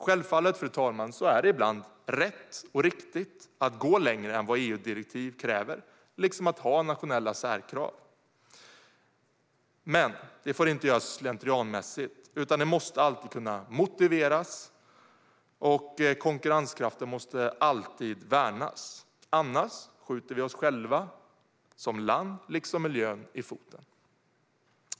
Självfallet, fru talman, är det ibland rätt och riktigt att gå längre än vad EU-direktiv kräver, liksom att ha nationella särkrav. Men det får inte göras slentrianmässigt, utan det måste alltid kunna motiveras, och konkurrenskraften måste alltid värnas. Annars skjuter vi oss själva som land i foten, liksom miljön.